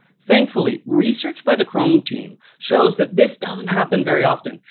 thankfully, research by the chrome team shows that this doesn't happen very often,